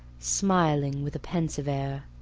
smiling with a pensive air.